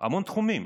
המון תחומים.